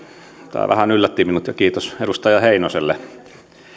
tämä vähän yllätti minut kiitos edustaja heinoselle